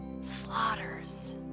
slaughters